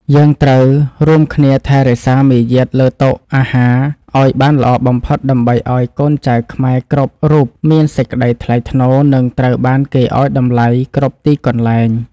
យើងត្រូវរួមគ្នាថែរក្សាមារយាទលើតុអាហារឱ្យបានល្អបំផុតដើម្បីឱ្យកូនចៅខ្មែរគ្រប់រូបមានសេចក្តីថ្លៃថ្នូរ និង ត្រូវបានគេឱ្យតម្លៃគ្រប់ទីកន្លែង។